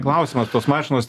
klausimas tos mašinos